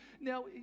Now